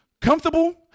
Comfortable